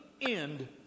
end